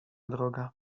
droga